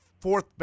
fourth